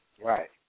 Right